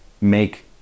Make